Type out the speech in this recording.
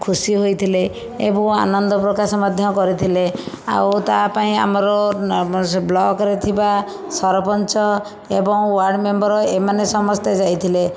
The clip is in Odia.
ଖୁସି ହୋଇଥିଲେ ଏବଂ ଆନନ୍ଦ ପ୍ରକାଶ ମଧ୍ୟ କରିଥିଲେ ଆଉ ତା ପାଇଁ ଆମର ବ୍ଲକର ଥିବା ସରପଞ୍ଚ ଏବଂ ୱାର୍ଡ଼ ମେମ୍ୱର ଏମାନେ ସମସ୍ତେ ଯାଇଥିଲେ